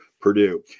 Purdue